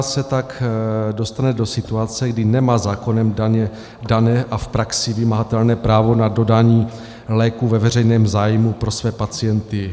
Lékárna se tak dostane do situace, kdy nemá zákonem dané a v praxi vymahatelné právo na dodání léku ve veřejném zájmu pro své pacienty.